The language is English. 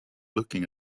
looking